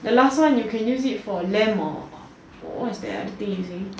the last time you can use it for lamp or what is that the other thing you saying clock